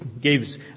gives